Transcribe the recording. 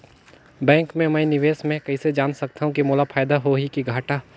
Bank मे मैं निवेश मे कइसे जान सकथव कि मोला फायदा होही कि घाटा?